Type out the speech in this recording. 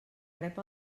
rep